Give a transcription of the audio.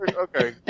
Okay